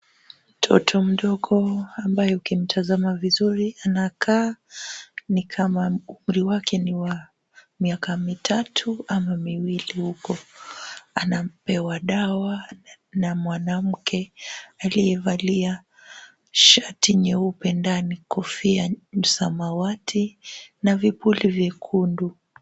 Mtoto mdogo ambaye ukimtazama vizuri anakaa ni kama umri wake ni wa miaka mitatu ama miwili huko. Anapewa dawa na mwanamke aliyevalia shati nyeupe ndani kofia samawati na vipuli vyekundu.